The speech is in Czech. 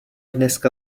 dneska